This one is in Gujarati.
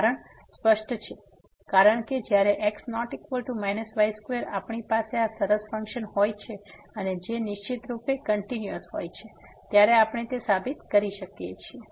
કારણ સ્પષ્ટ છે કારણ કે જ્યારે x≠ y2 આપણી પાસે આ સરસ ફંક્શન હોય છે અને જે નિશ્ચિતરૂપે કંટીન્યુઅસ હોય છે ત્યારે આપણે તે સાબિત કરી શકીએ છીએ